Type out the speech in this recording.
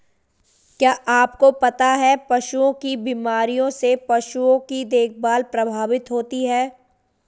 क्या आपको पता है पशुओं की बीमारियों से पशुओं की देखभाल प्रभावित होती है?